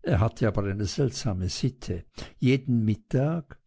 er hatte aber eine seltsame sitte jeden mittag